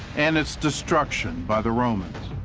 and its destruction by the romans.